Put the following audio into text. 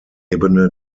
ebene